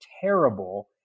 terrible